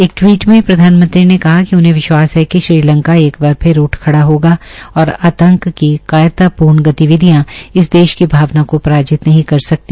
एक टिवीट में प्रधानमंत्री ने कहा कि उन्हे विश्वास हा कि श्रीलंका एक बार फिर उठ खड़ा होगा और आंतक की कायरतापूर्ण गतिविधियां इस देश की भावना को पराजित नहीं कर सकती